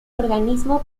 organismo